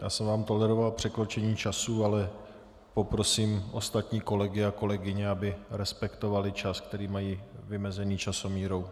Já jsem vám toleroval překročení času, ale poprosím ostatní kolegy a kolegyně, aby respektovali čas, který mají vymezený časomírou.